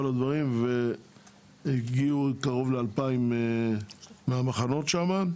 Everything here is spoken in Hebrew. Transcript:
הדברים והגיעו קרוב ל-2,000 מהמחנות שם.